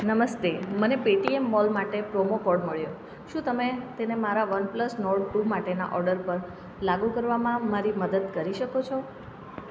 નમસ્તે મને Paytm mall માટે પ્રોમો કોડ મળ્યો શું તમે તેને મારા વનપ્લસ નોર્ડ ટુ માટેના ઓર્ડર પર લાગુ કરવામાં મારી મદદ કરી શકો છો